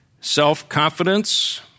self-confidence